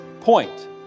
point